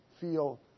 feel